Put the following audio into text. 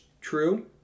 true